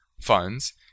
funds